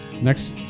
Next